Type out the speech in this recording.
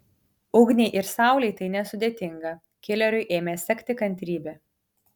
ugniai ir saulei tai nesudėtinga kileriui ėmė sekti kantrybė